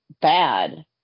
bad